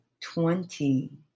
twenty